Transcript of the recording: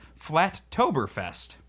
Flattoberfest